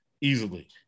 easily